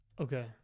Okay